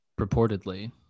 Reportedly